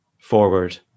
forward